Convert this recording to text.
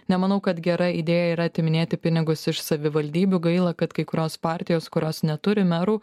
nemanau kad gera idėja yra atiminėti pinigus iš savivaldybių gaila kad kai kurios partijos kurios neturi merų